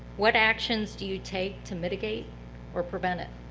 what actions do you take to mitigate or prevent it?